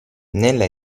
nella